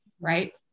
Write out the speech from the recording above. right